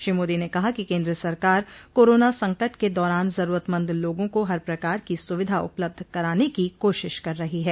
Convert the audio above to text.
श्री मोदी ने कहा कि केन्द्र सरकार कोरोना संकट के दौरान जरूरतमंद लोगों को हर प्रकार की सुविधा उपलब्ध करान की कोशिश कर रही है